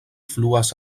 fluas